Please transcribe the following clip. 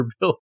bill